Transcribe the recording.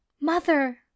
mother